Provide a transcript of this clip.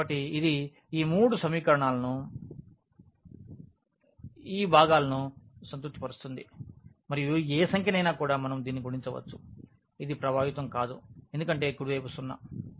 కాబట్టి ఇది ఈ మూడు సమీకరణాలను భాగా సంతృప్తి పరుస్తుంది మరియు ఏ సంఖ్యనైనా కూడా మనం దీనితో గుణించవచ్చు ఇది ప్రభావితం కాదు ఎందుకంటే కుడి వైపు 0